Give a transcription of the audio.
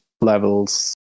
levels